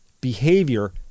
behavior